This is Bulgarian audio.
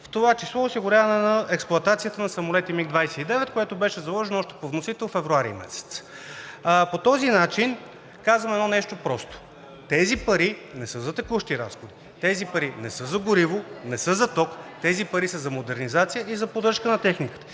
в това число осигуряване на експлоатацията на самолети „Миг-29“, което беше заложено още по вносител февруари месец. По този начин казваме едно просто нещо, че тези пари не са за текущи разходи, тези пари не са за гориво, не са за ток, тези пари са за модернизация и за поддръжка на техниката.